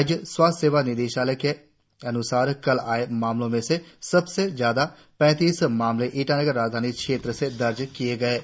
राज्य सरकार के स्वास्थ्य सेवा निदेशालय के अन्सार कल आए मामलों में सबसे ज्यादा पैतीस मामले ईटानगर राजधानी क्षेत्र से दर्ज किए गए है